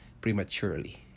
prematurely